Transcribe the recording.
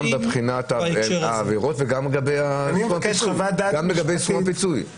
גם מבחינת העבירות וגם לגבי סכום הפיצוי.